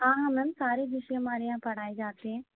हाँ हाँ मैम सारे विषय हमारे यहाँ पढ़ाएँ जाते हैं